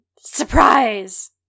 surprise